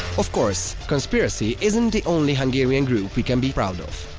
of course, conspiracy isn't the only hungarian group we can be proud of.